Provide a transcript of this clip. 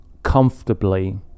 Comfortably